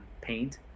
paint